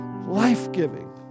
life-giving